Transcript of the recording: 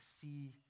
see